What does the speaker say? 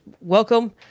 welcome